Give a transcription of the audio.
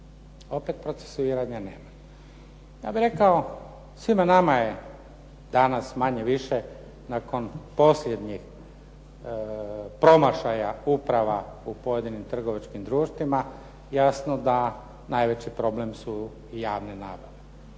opet procesuiranja nema. Ja bih rekao svima nama je danas manje više nakon posljednjih promašaja uprava u pojedinim trgovačkim društvima jasno da najveći problem su javne nabave.